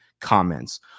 comments